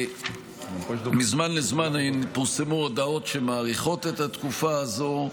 מזמן לזמן פורסמו הודעות שמאריכות את התקופה הזאת.